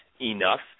enough